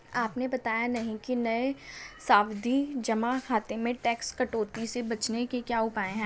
आपने बताया नहीं कि नये सावधि जमा खाते में टैक्स कटौती से बचने के क्या उपाय है?